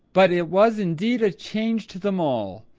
but it was indeed a change to them all,